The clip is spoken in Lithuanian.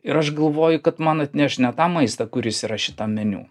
ir aš galvoju kad man atneš ne tą maistą kuris yra šitam meniu